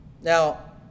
Now